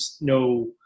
no